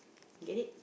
get it